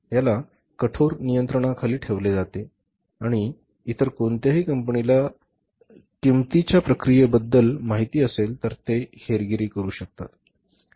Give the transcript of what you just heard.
याला कठोर नियंत्रणाखाली ठेवले जाते आणि इतर कोणत्याही कंपनीला इतर कंपनीच्या किंमतीच्या प्रक्रियेबद्दल माहिती असेल तर ते हेरगिरी करू शकतात